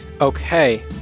Okay